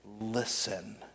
Listen